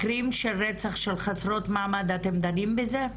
מקרים של רצח של חסרות מעמד, אתם דנים בזה?